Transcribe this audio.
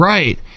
Right